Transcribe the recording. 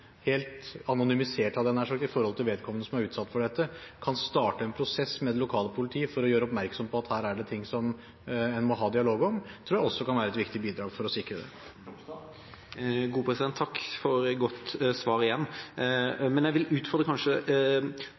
er utsatt for dette, er helt anonymisert, hadde jeg nær sagt – kan starte en prosess med det lokale politiet for å gjøre oppmerksom på at her er det noe som en må ha dialog om, tror jeg også kan være et viktig bidrag for å sikre dette. Takk igjen for godt svar.